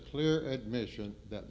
clear admission that